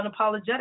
unapologetic